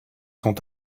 sont